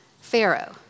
Pharaoh